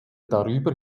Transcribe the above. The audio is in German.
darüber